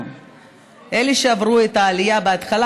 אלה שעברו את העלייה בהתחלה,